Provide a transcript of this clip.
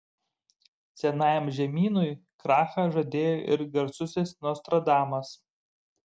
senajam žemynui krachą žadėjo ir garsusis nostradamas